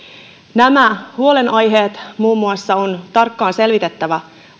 nämä huolenaiheet on tarkkaan selvitettävä